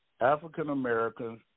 African-Americans